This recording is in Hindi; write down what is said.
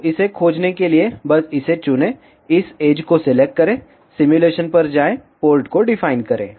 तो इसे खोजने के लिए बस इसे चुनें इस एज को सिलेक्ट करें सिमुलेशन पर जाएं पोर्ट को डिफाइन करें